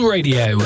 Radio